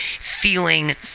feeling